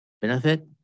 benefit